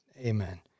Amen